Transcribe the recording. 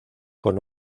con